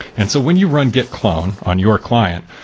and so when you run git clone on your client,